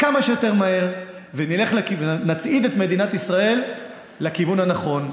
כמה שיותר מהר ונצעיד את מדינת ישראל לכיוון הנכון.